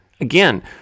Again